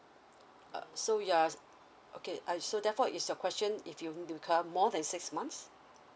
uh so ya okay so therefore is your question if you become more than six months